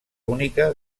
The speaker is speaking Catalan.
única